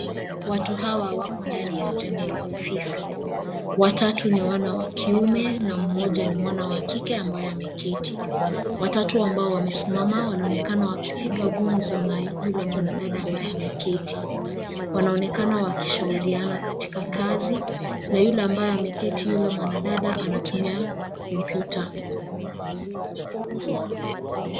Watu hawa wako ndani ya jengo la ofisi. Watatu ni wana wa kiume na mmoja ni mwana wa kike ambaye ameketi. Watatu ambao wamesimama wanaonekana wakipiga gumzo na yule mwanadada ambaye ameketi. Wanaonekana wakishauriana katika kazi na yule ambaye ameketi yule mwanadada anatumia komyputa.